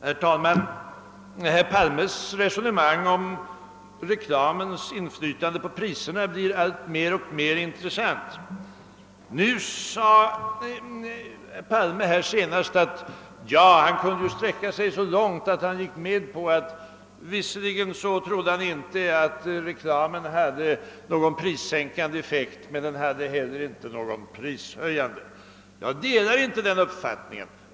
Herr talman! Herr Palmes resonemang om reklamens inflytande på priserna blir alltmer intressant. Nyss kunde han sträcka sig så långt som till att han visserligen inte trodde att reklamen hade någon prissänkande effekt men att den inte heller hade någon prishöjande. Jag delar inte den uppfattningen.